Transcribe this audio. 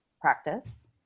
Practice